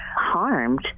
harmed